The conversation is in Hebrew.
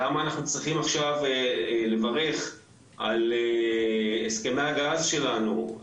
למה אנחנו צריכים עכשיו לברך על הסכמי הגז שלנו,